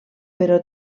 però